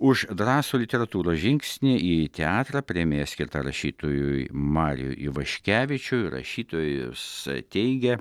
už drąsų literatūros žingsnį į teatrą premija skirta rašytojui mariui ivaškevičiui rašytojas teigia